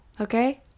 okay